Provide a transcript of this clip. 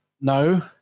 no